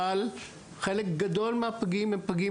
אבל חלק גדול מהפגים הם פגים,